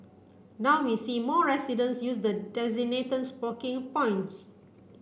now we see more residents use the designated smoking points